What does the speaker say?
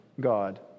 God